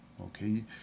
okay